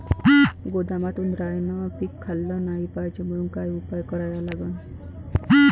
गोदामात उंदरायनं पीक खाल्लं नाही पायजे म्हनून का उपाय करा लागन?